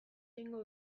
egingo